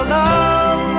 love